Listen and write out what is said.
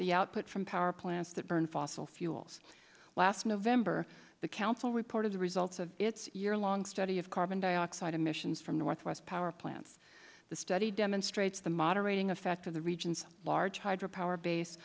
the output from power plants that burn fossil fuels last november the council reported the results of its year long study of carbon dioxide emissions from northwest power plants the study demonstrates the moderating effect of the region's large hydro power base